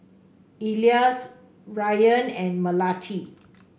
Elyas Rayyan and Melati